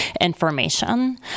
information